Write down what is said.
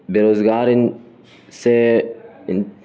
بےروزگار ان سے ان